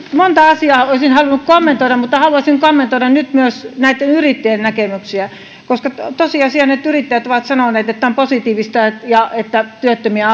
monta asiaa olisin halunnut kommentoida mutta haluaisin kommentoida nyt myös näitten yrittäjien näkemyksiä koska tosiasia on että yrittäjät on sanonut että on positiivista että työttömiä